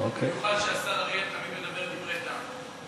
במיוחד שהשר אריאל תמיד מדבר דברי טעם.